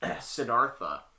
siddhartha